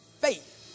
faith